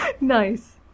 Nice